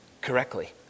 correctly